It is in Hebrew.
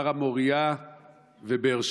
הר המוריה ובאר שבע.